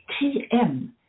TM